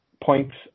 points